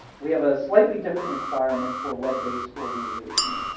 we have a slightly different requirement for web-based organizations.